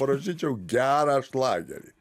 parašyčiau gerą šlagerį